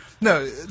No